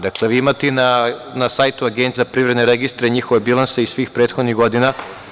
Dakle, vi imate i na sajtu Agencije za privredne registre njihove bilanse iz svih prethodnih godina.